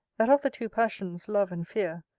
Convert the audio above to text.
that of the two passions, love and fear,